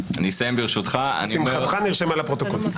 שמחתך נרשמה לפרוטוקול.